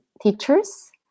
teachers